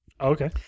Okay